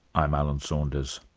i'm alan saunders.